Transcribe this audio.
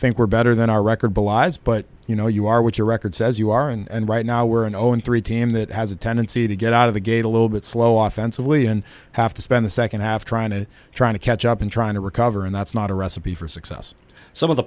think we're better than our record belies but you know you are with your record says you are and right now we're in zero and three team that has a tendency to get out of the gate a little bit slow often civilian have to spend the second half trying to trying to catch up and trying to recover and that's not a recipe for success some of the